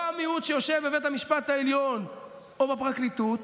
לא המיעוט שיושב בבית המשפט העליון או בפרקליטות